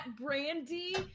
Brandy